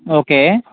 okay